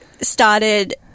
started